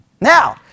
Now